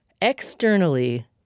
externally